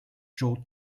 george